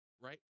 right